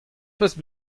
hocʼh